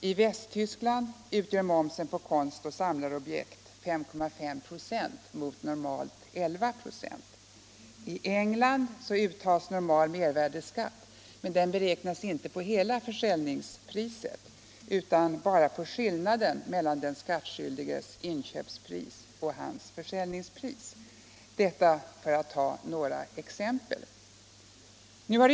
I Västtyskland utgör momsen på konst och samlarobjekt 5,5 926 mot normalt 11 96. I England uttas normal mervärdeskatt men den beräknas inte på hela försäljningspriset utan bara på skillnaden mellan den skattskyldiges inköpspris och hans försäljningspris. Detta för att ta några exempel.